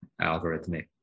algorithmic